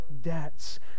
debts